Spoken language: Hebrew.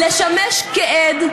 אתה מגויס על ידי משטרת ישראל לשמש כעד.